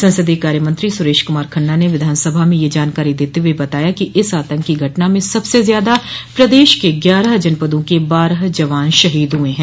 संसदीय कार्य मंत्री सुरेश कुमार खन्ना ने विधानसभा में यह जानकारी देते हुए बताया कि इस आतंकी घटना में सबसे ज्यादा प्रदेश के ग्यारह जनपदों के बारह जवान शहीद हुए हैं